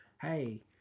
hey